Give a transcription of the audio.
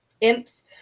Imps